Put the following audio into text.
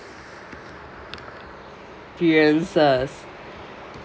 experiences